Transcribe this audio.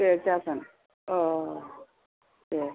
दे जागोन अ दे